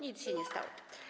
Nic się nie stało.